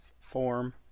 form